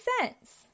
cents